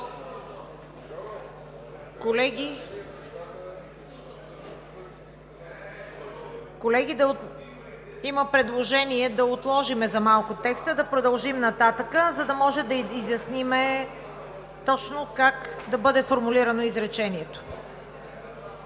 господин Свиленски – да отложим за малко текста, да продължим нататък, за да можем да изясним точно как да бъде формулирано изречението.